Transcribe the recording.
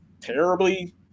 terribly